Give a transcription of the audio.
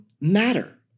matter